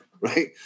right